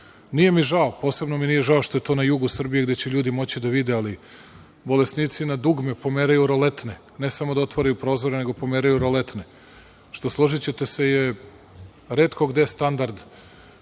Nije mi žao, posebno mi nije žao što je to na jugu Srbije, gde će ljudi moći da vide, ali bolesnici na dugme pomeraju roletne, ne samo da otvaraju prozore nego pomeraju roletne, što je, složićete se, retko gde standard,